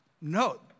no